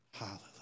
Hallelujah